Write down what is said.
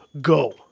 go